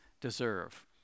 deserve